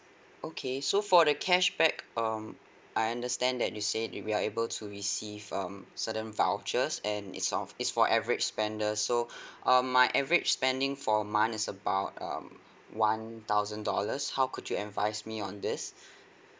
okay so for the cashback um I understand that you say we are able to receive um certain vouchers and is of is for average spender so um my average spending for a month is about um one thousand dollars how could you advise me on this